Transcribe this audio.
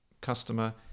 customer